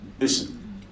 listen